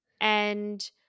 and-